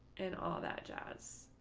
and all that jazz.